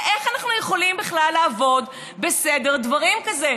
איך אנחנו יכולים בכלל לעבוד בסדר דברים כאלה?